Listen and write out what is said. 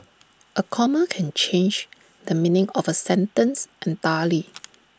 A comma can change the meaning of A sentence entirely